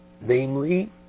Namely